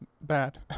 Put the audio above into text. bad